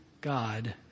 God